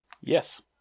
Yes